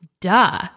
duh